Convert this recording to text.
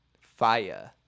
Fire